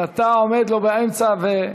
אתה עומד לו באמצע.